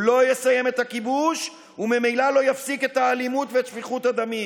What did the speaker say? הוא לא יסיים את הכיבוש וממילא לא יפסיק את האלימות ואת שפיכות הדמים.